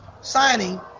signing